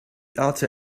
alter